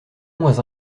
moins